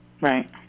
Right